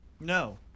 No